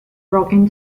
broken